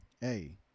Hey